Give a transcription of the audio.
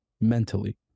mentally